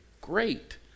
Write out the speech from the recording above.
great